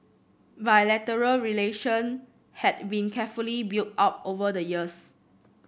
bilateral relation had been carefully built up over the years